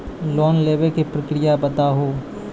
Loan लेवे के प्रक्रिया बताहू?